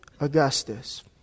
Augustus